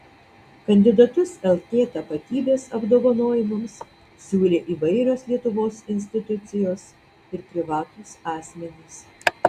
kandidatus lt tapatybės apdovanojimams siūlė įvairios lietuvos institucijos ir privatūs asmenys